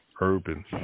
urban